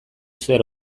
zer